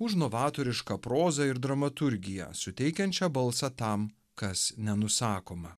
už novatorišką prozą ir dramaturgiją suteikiančią balsą tam kas nenusakoma